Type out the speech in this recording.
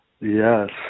Yes